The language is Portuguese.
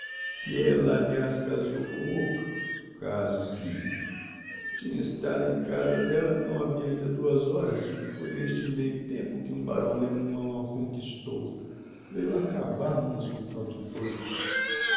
que ella aliás casou com outro caso exquisito tinha estado em casa della não havia ainda duas horas e foi n'este meio tempo que um barão allemão a conquistou veiu a acabar n'um hospital de doidos